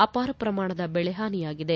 ಅಪಾರ ಪ್ರಮಾಣದ ಬೆಳೆ ಹಾನಿಯಾಗಿದೆ